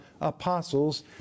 apostles